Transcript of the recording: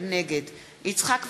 נגד יצחק וקנין,